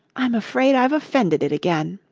i'm afraid i've offended it again